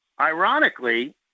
ironically